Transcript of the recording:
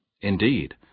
Indeed